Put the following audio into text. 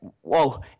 whoa